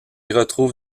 retrouve